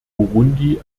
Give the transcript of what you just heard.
burundi